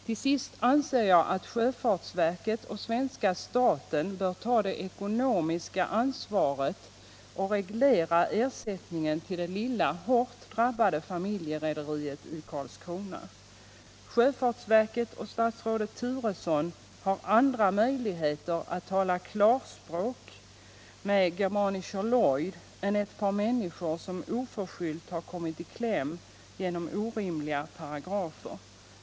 Till sist anser jag att sjöfartsverket och svenska staten bör ta det ekonomiska ansvaret och reglera ersättningen till det lilla hårt drabbade familjerederiet i Karlskrona. Sjöfartsverket och statsrådet Turesson har andra möjligheter att tala klarspråk med Germanischer Lloyd än ett par människor som oförskyllt har kommit i kläm genom orimliga paragrafer.